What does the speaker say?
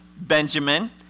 Benjamin